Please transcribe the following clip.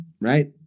right